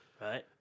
Right